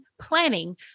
planning